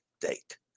date